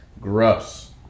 gross